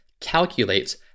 calculates